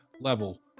level